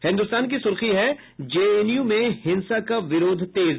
हिन्दुस्तान की सुर्खी है जेएनयू में हिंसा का विरोध तेज